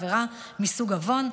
עבירה מסוג עוון.